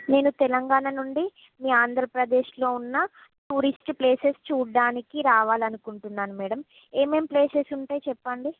నేను తెలంగాణ నుండి మీ ఆంధ్రప్రదేశ్లో ఉన్నా టూరిస్ట్ ప్లేసెస్ చూడ్డానికి రావాలనుకుంటున్నాను మేడం ఏమేమి ప్లేసెస్ ఉంటాయో చెప్పండి